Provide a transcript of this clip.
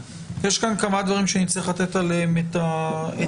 יש כאן כמה דברים שנצטרך לתת עליה את הדעת.